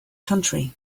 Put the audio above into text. country